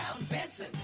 benson